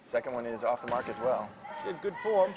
second one is off the mark as well good for